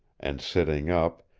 and sitting up,